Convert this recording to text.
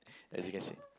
as you can see